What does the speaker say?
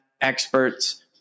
experts